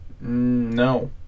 No